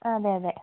ആ അതെയതെ